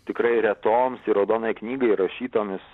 tikrai retoms į raudonąją knygą įrašytomis